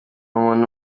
umuntu